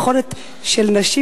היכולת של נשים,